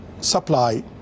supply